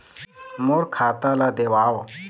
मोर खाता ला देवाव?